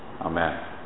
amen